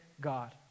God